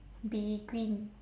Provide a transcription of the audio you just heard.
be green